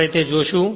આપણે તે જોશું